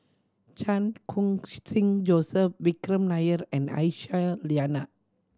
Chan Khun Sing Joseph Vikram Nair and Aisyah Lyana